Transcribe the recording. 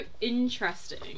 interesting